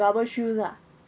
rubber shoes ah